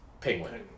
Penguin